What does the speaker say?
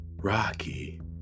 Rocky